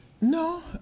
No